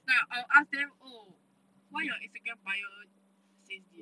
ya I will ask them oh why your instagram bio says this